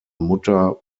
mutter